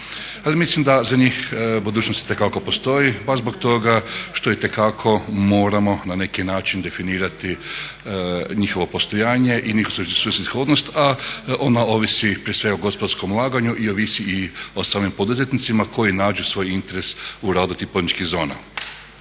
Ali mislim da za njih budućnost itekako postoji baš zbog toga što itekako moramo na neki način definirati njihovo postojanje i njihovu svrsishodnost, a ona ovisi prije svega o gospodarskom ulaganju i ovisi o samim poduzetnicima koji nađu svoj interes u radu tih poduzetničkih zona.